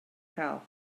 cael